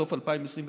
סוף 2024,